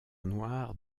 noire